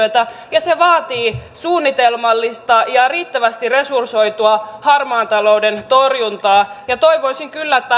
ja se vaatii suunnitelmallista ja riittävästi resursoitua harmaan talouden torjuntaa toivoisin kyllä että